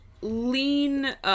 lean